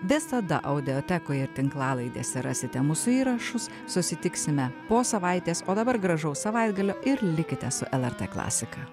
visada audiotekoje ir tinklalaidėse rasite mūsų įrašus susitiksime po savaitės o dabar gražaus savaitgalio ir likite su lrt klasika